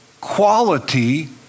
quality